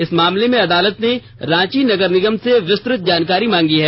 इस मामले में अदालत ने रांची नगर निगम से विस्तृत जानकारी मांगी है